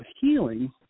healing